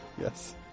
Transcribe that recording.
Yes